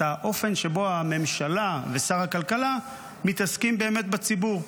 האופן שבו הממשלה ושר הכלכלה מתעסקים באמת בציבור.